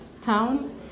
town